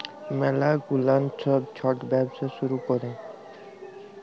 ম্যালা গুলান ছব ছট ব্যবসা শুরু ক্যরে